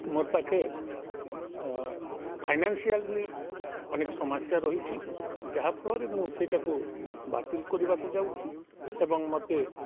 ମୋର୍ ପାଖେ ଫାଇନାନ୍ସିଆଲ୍ ବି ଅନେକ ସମସ୍ୟା ରହିଛିି ଯାହାଫଳରେ ମୁଁ ସେଇଟାକୁ ବାତିଲ କରିବାକୁ ଯାଉଛି ଏବଂ ମୋତେ